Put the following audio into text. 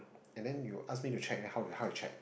and then you ask me to check then how how I check